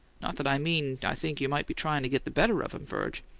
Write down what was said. not that i mean i think you might be tryin' to get the better of him, virg.